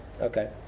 Okay